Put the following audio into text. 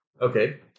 Okay